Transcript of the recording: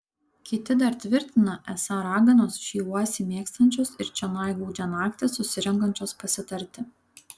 kiti dar tvirtina esą raganos šį uosį mėgstančios ir čionai gūdžią naktį susirenkančios pasitarti